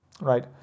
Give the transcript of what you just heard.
Right